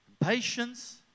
patience